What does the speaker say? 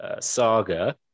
saga